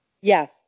Yes